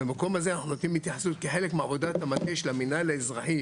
במקום הזה אנחנו נותנים התייחסות כחלק מעבודת המטה של המנהל האזרחי,